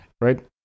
right